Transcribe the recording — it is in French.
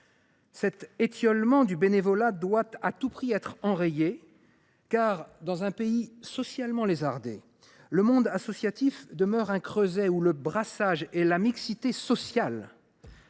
Cet étiolement du bénévolat doit à tout prix être enrayé, car, dans un pays socialement lézardé, le monde associatif demeure un creuset où le brassage et la mixité sociale